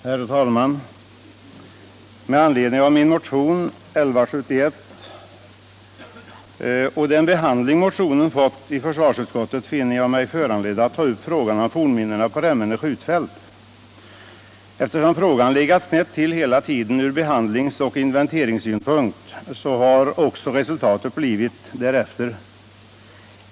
Herr talman! Med anledning av min motion 1975/76:1171 och den behandling som motionen har fått i försvarsutskottet finner jag mig föranledd att ta upp frågan om fornminnena på Remmene skjutfält. Eftersom frågan har legat snett hela tiden från behandlingsoch inventeringssynpunkt, har resultatet också blivit därefter.